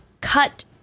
cut